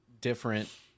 different